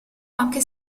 anche